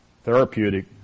therapeutic